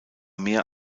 mehr